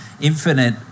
infinite